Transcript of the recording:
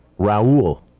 Raul